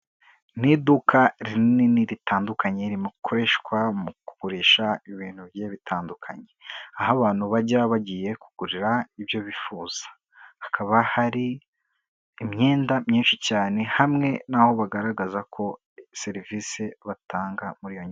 Ni iduka rinini ritandukanye, rikoreshwa mu kugurisha ibintu bigiye bitandukanye, aho abantu bajya bagiye kugurira ibyo bifuza, hakaba hari imyenda myinshi cyane, hamwe n'aho bagaragaza serivisi batanga muri iyo nyubako.